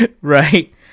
Right